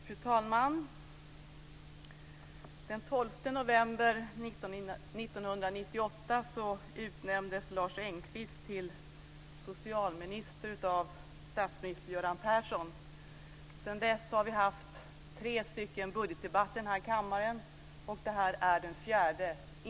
Fru talman! Den 12 november 1998 utnämndes Lars Engqvist till socialminister av statsminister Göran Persson. Sedan dess har vi haft tre budgetdebatter här i kammaren. Det här är den fjärde budgetdebatten.